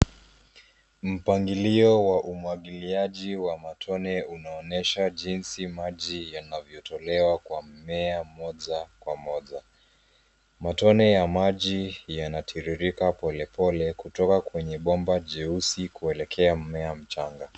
Mpangilio wa umwagiliaji wa matone unaonyesha jinsi maji yanavyotolewa kwa mmea moja kwa moja. Matone ya maji yanatiririka polepole kutoka kwenye bomba jeusi kuelekea mmea mchanga.